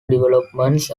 developments